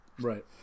right